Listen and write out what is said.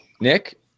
Nick